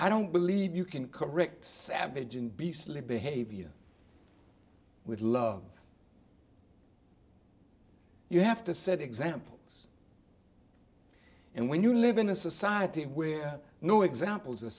i don't believe you can correct savage and beastly behavior with love you have to set examples and when you live in a society where no examples